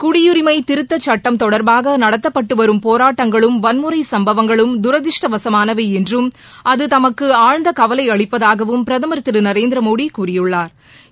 குடியுரிமை திருத்தச் சுட்டம் தொடர்பாக நடத்தப்பட்டு வரும் போராட்டங்களும் வன்முறை சுப்பவங்களும் தரதிருஷ்டவசமானவை என்றும் அது தமக்கு ஆழ்ந்த கவலை அளிப்பதாகவும் பிரதம் திரு நரேந்திரமோடி கூறியுள்ளா்